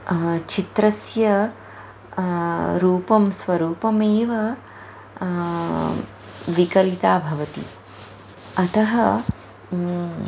चित्रस्य रूपं स्वरूपमेव विकलिता भवति अतः